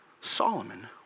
Solomon